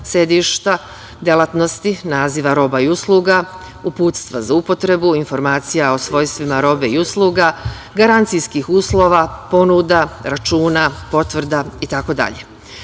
sedišta, delatnosti, naziva roba i usluga, uputstva za upotrebu, informacija o svojstvima robe i usluga, garancijskih uslova, ponuda, računa, potvrda i